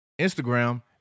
Instagram